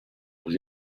aux